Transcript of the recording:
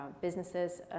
businesses